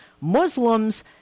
Muslims